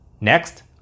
Next